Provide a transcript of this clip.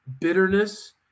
bitterness